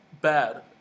bad